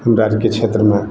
हमरा आरके क्षेत्रमे